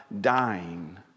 dying